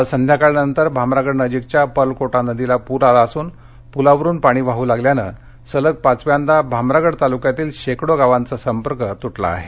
काल संध्याकाळनंतर भामरागडनजीकच्या पर्लकोटा नदीला प्र आला असून पुलावरुन पाणी वाहू लागल्याने सलग पाचव्यांदा भामरागड तालुक्यातील शेकडो गावांचा संपर्क तुटला आहे